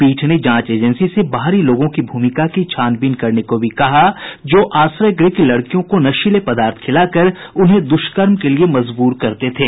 पीठ ने जांच एजेंसी से बाहरी लोगों की भूमिका की छानबीन भी करने को कहा है जो आश्रय गृह की लड़कियों को नशीले पदार्थ खिलाकर उन्हें दुष्कर्म के लिए मजबूर करते थे